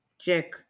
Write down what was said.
check